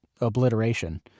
obliteration